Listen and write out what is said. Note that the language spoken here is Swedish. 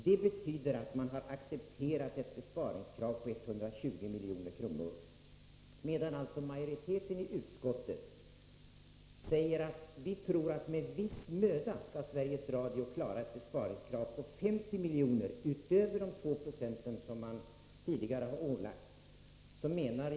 Det betyder att man har accepterat ett besparingskrav på 120 milj.kr., medan majoriteten i utskottet säger att vi tror att Sveriges Radio med viss möda skall klara ett besparingskrav på 50 milj.kr. utöver de 2 20 som man tidigare har ålagts att spara in.